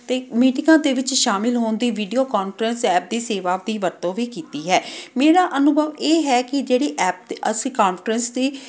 ਅਤੇ ਮੀਟਿੰਗਾਂ ਦੇ ਵਿੱਚ ਸ਼ਾਮਿਲ ਹੋਣ ਦੀ ਵੀਡੀਓ ਕਾਨਫਰੰਸ ਐਪ ਦੀ ਸੇਵਾ ਦੀ ਵਰਤੋਂ ਵੀ ਕੀਤੀ ਹੈ ਮੇਰਾ ਅਨੁਭਵ ਇਹ ਹੈ ਕਿ ਜਿਹੜੀ ਐਪ ਤੋਂ ਅਸੀਂ ਕਾਨਫਰੰਸ ਦੀ